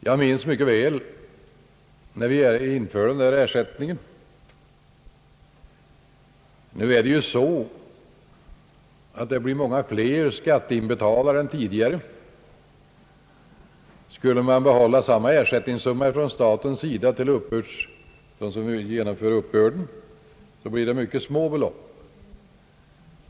Jag minns mycket väl när vi införde den där ersättningen. Nu blir det ju många fler skatteinbetalare än tidigare. Skulle staten bibehålla samma totalsumma för ersättningen åt dem som sköter uppbörden, blir det ju mycket små belopp till var och en.